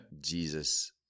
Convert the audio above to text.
Jesus